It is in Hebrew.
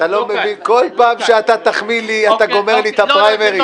אתה לא מבין כל פעם שאתה תחמיא לי אתה גומר לי את הפריימריז.